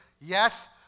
Yes